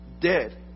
Dead